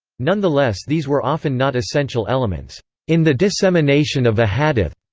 nonetheless these were often not essential elements in the dissemination of a hadith.